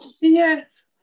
Yes